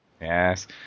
Yes